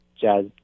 jazz